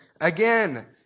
Again